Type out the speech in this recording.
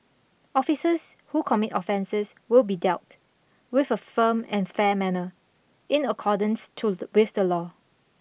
officers who commit offences will be dealt with a firm and fair manner in accordance to with the law